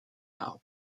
arbre